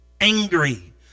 angry